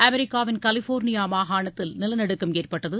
அமெரிக்காவின் கலிபோர்னியா மாகாணத்தில் நிலநடுக்கம் ஏற்பட்டது